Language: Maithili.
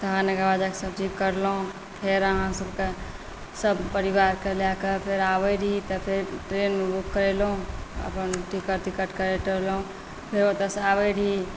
तहन एकरा बाद जाकऽ सबचीज करलहुँ फेर अहाँसबके सबपरिवारके लऽ कऽ फेर आबै रही तऽ फेर ट्रेन बुक करेलहुँ अपन टिकट तिकट कटेलहुँ फेर ओतऽसँ आबै रही